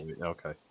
Okay